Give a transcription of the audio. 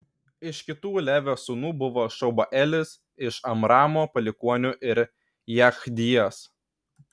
iš kitų levio sūnų buvo šubaelis iš amramo palikuonių ir jechdijas